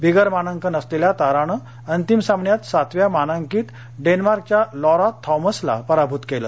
बिगर मानांकन असलेल्या तारानं अंतिम सामन्यात सातव्या मानांकित डेन्मार्कच्या लॉरा थॉमसला पराभूत केलं